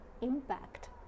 impact